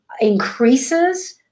increases